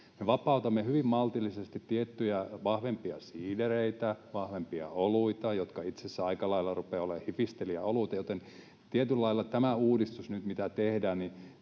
Me vapautamme hyvin maltillisesti tiettyjä vahvempia siidereitä ja vahvempia oluita, jotka itse asiassa aika lailla rupeavat olemaan hifistelijäoluita. Joten tietyllä lailla nyt tämä uudistus, mitä tehdään,